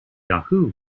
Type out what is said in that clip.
yahoo